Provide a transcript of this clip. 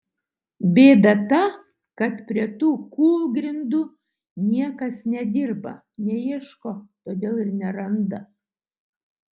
bėda ta kad prie tų kūlgrindų niekas nedirba neieško todėl ir neranda